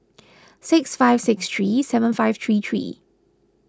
six five six three seven five three three